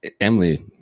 Emily